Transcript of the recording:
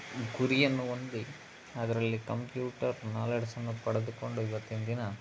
ಗುರಿಯನ್ನು ಹೊಂದಿ ಅದರಲ್ಲಿ ಕಂಪ್ಯೂಟರ್ ನಾಲೆಡ್ಜನ್ನು ಪಡೆದುಕೊಂಡು ಇವತ್ತಿನ ದಿನ